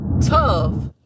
tough